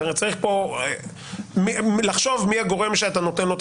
צריך לחשוב מי הגורם שאתה נותן לו את